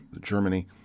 Germany